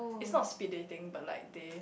it's not speed dating but like they